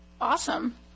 Awesome